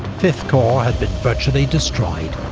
fifth corps had been virtually destroyed.